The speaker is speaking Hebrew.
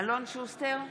אלון שוסטר,